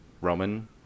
Roman